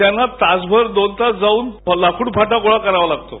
त्यांना तासभर दोन तास जावून लाकूड फाटा गोळा करावा लागतो